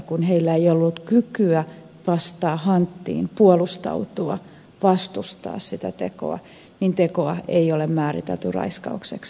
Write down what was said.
kun heillä ei ole ollut kykyä pistää hanttiin puolustautua vastustaa sitä tekoa niin tekoa ei ole määritelty raiskaukseksi